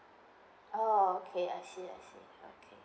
oh okay I see I see